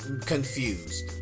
confused